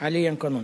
חאליאן קאנון,